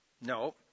No